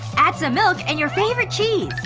add some milk and your favorite cheese.